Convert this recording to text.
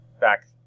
back